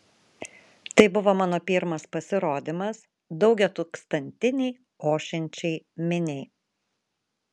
tai buvo mano pirmas pasirodymas daugiatūkstantinei ošiančiai miniai